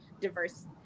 diverse